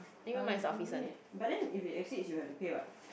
uh no need but then if it exceeds you have to pay [what]